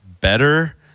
better